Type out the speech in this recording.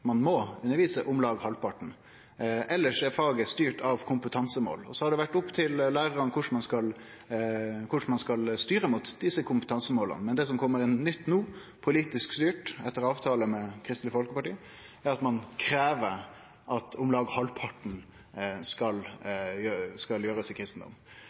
må undervise i kristendom i om lag halvparten av tida. Elles er faget styrt av kompetansemål. Så har det vore opp til lærarane korleis ein skal styre mot desse kompetansemåla. Men det som kjem nytt no, politisk styrt etter avtale med Kristeleg Folkeparti, er at ein krev at om lag halvparten av tida skal brukast på kristendom.